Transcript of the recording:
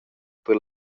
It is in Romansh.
per